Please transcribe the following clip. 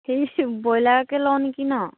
সেই ব্ৰইলাৰকে লওঁ নেকি ন'